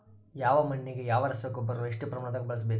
ಯಾವ ಮಣ್ಣಿಗೆ ಯಾವ ರಸಗೊಬ್ಬರವನ್ನು ಎಷ್ಟು ಪ್ರಮಾಣದಾಗ ಬಳಸ್ಬೇಕು?